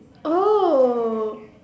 oh